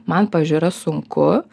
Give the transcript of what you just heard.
man pavyzdžiui yra sunku